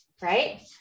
Right